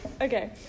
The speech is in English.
Okay